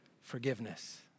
Forgiveness